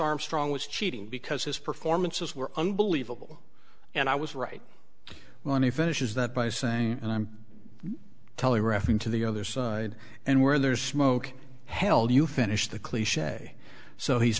armstrong was cheating because his performances were unbelievable and i was right when he finishes that by saying and i'm telling reffing to the other side and where there's smoke held you finish the cliche so he's